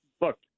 Look